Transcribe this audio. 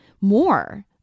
more